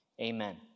Amen